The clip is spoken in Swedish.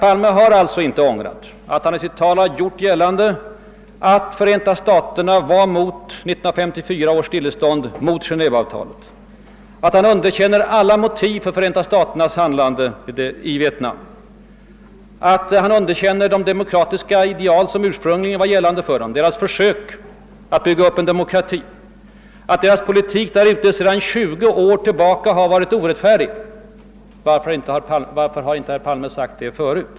Han har alltså inte ångrat att han i sitt tal gjort gällande att Förenta staterna var mot 1954 års stillestånd och mot Genéveavtalet, att han underkänner alla motiv för Förenta staternas handlande i Vietnam eller att han inte godtar de demokratiska ideal som ursprungligen var gällande i deras försök att bygga upp en demokrati. Han anser fortfarande att Förenta staternas politik i Vietnam sedan 20 år har varit orättfärdig — varför har inte herr Palme nämnt det förut?